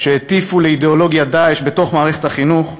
שהטיפו לאידיאולוגיית "דאעש" בתוך מערכת החינוך,